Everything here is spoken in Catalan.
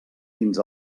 fins